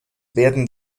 werden